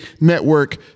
network